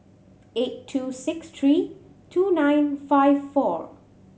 eight two six three two nine five four